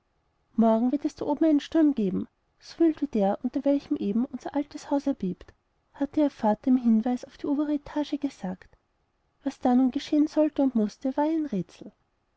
morgen wird es da oben einen sturm geben so wild wie der unter welchem eben unser altes haus erbebt hatte ihr vater im hinweis auf die obere etage gesagt was da geschehen sollte und mußte war ihr ein rätsel